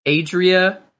Adria